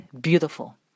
beautiful